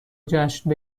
جشن